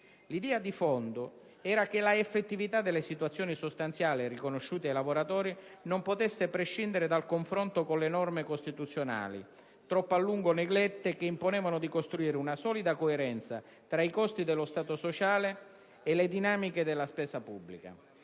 L'idea di fondo era che l'effettività delle situazioni sostanziali riconosciute ai lavoratori non potesse prescindere dal confronto con le norme costituzionali, troppo a lungo neglette, che imponevano di costruire una solida coerenza tra i costi dello Stato sociale e le dinamiche della spesa pubblica.